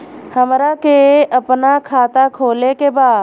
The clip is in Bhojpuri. हमरा के अपना खाता खोले के बा?